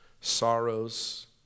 Sorrows